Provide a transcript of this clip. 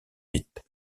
vit